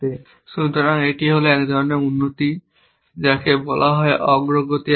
সুতরাং এটি হল এক ধরণের উন্নতি যাকে বলা হয় অগ্রগামী অ্যালগরিদম